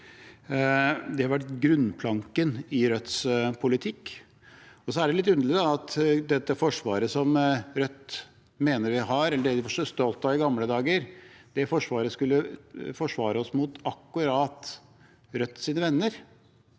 Det har vært bunnplanken i Rødts politikk. Da er det litt underlig at dette forsvaret som Rødt mener vi har, eller det de var så stolte av i gamle dager, det forsvaret skulle forsvare oss mot akkurat Rødts venner.